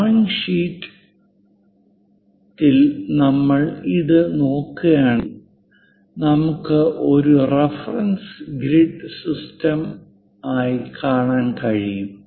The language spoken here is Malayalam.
ഡ്രോയിംഗ് ഷീറ്റിൽ നമ്മൾ ഇത് നോക്കുകയാണെങ്കിൽ നമുക്ക് ഒരു റഫറൻസ് ഗ്രിഡ് സിസ്റ്റം കാണാൻ കഴിയും